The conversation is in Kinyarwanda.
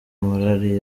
morali